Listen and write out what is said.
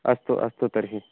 अस्तु अस्तु तर्हि